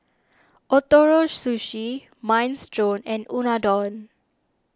Ootoro Sushi Minestrone and Unadon